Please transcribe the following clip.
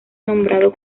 nombrado